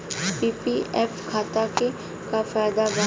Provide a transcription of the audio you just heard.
PPF खाता के का फायदा बा?